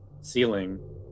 ceiling